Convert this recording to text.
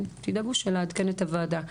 שתדאגו לעדכן את הוועדה.